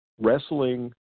wrestling